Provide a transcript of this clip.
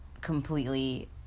completely